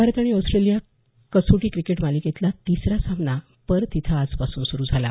भारत आणि ऑस्ट्रेलिया कसोटी क्रिकेट मालिकेतला तिसरा सामना पर्थ इथं आजपासून सुरू झाला